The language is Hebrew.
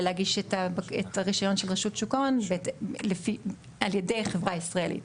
להגיש את הרישיון של רשות שוק ההון על ידי חברה ישראלית.